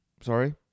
sorry